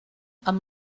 amb